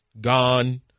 gone